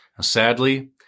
Sadly